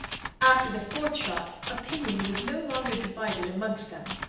after the fourth shot, opinion was no longer divided amongst them.